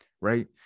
Right